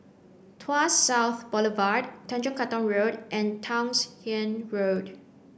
Tuas South Boulevard Tanjong Katong Road and Townshend Road